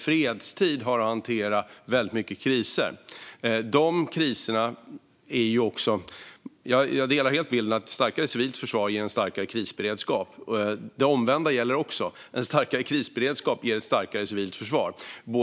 Jag delar helt bilden att ett starkare civilt försvar ger en starkare krisberedskap. Det omvända gäller också, att en starkare krisberedskap ger ett starkare civilt försvar.